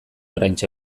oraintxe